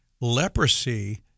leprosy